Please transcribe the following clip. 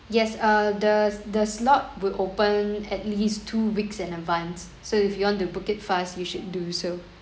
yes uh the the slot will open at least two weeks in advance so if you want to book it fast you should do so